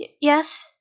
Yes